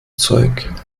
zeug